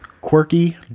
Quirky